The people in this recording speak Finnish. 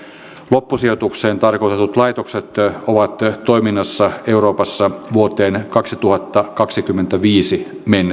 loppusijoitukseen tarkoitetut laitokset ovat toiminnassa euroopassa vuoteen kaksituhattakaksikymmentäviisi mennessä